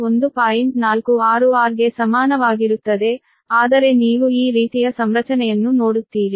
46 r ಗೆ ಸಮಾನವಾಗಿರುತ್ತದೆ ಆದರೆ ನೀವು ಈ ರೀತಿಯ ಸಂರಚನೆಯನ್ನು ನೋಡುತ್ತೀರಿ